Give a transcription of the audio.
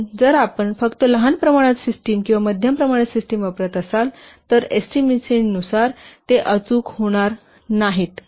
म्हणूनच जर आपण फक्त लहान प्रमाणात सिस्टिम किंवा मध्यम प्रमाणात सिस्टिम वापरत असाल तर एस्टिमेशननुसार ते अचूक होणार नाहीत